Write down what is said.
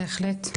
בהחלט.